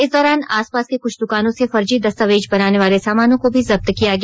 इस दौरान आसपास के कुछ दुकानों से फर्जी दस्तावेज बनाने वाले सामानों को भी जब्त किया गया